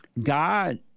God